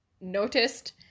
noticed